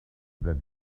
that